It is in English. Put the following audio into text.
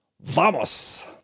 Vamos